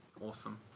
awesome